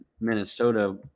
Minnesota